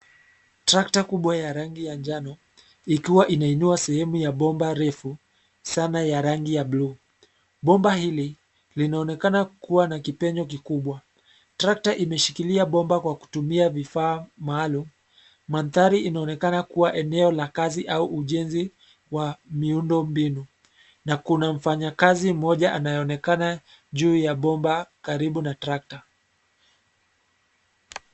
Trakta kubwa ya rangi ya njano, ikiwa inainua sehemu ya bomba refu, sana ya rangi ya bluu, bomba hili, linaonekana kuwa na kipenyo kikubwa. Trakta imeshikilia bomba kwa kutumia vifaa maalum, mandhari inaonekana kuwa eneo la kazi au ujenzi, wa miundo mbinu, na kuna mfanyakazi mmoja anayeonekana, juu ya bomba karibu na trakta.